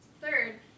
third